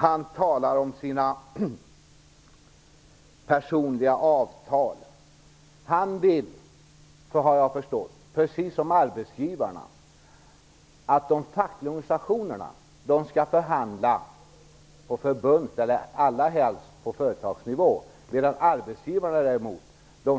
Han talar om personliga avtal. Han vill, har jag förstått, precis som arbetsgivarna, att de fackliga organisationerna skall förhandla på förbunds eller allra helst företagsnivå, medan arbetsgivarna